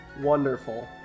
Wonderful